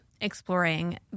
exploring